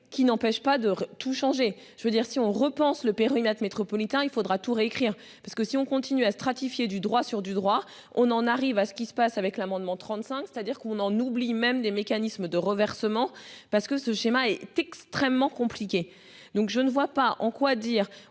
qui n'empêche pas de tout changer, je veux dire si on repense le périmètre métropolitain, il faudra tout réécrire parce que si on continue à stratifier du droit sur du droit. On en arrive à ce qui se passe avec l'amendement 35, c'est-à-dire qu'on en oublie même des mécanismes de reversement parce que ce schéma est extrêmement compliqué donc je ne vois pas en quoi dire,